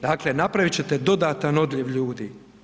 Dakle napravit ćete dodatan odljev ljudi.